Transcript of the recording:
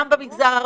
גם במגזר הערבי,